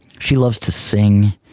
she loves to sing,